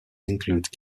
include